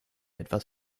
etwas